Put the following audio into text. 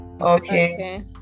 okay